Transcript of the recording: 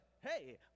hey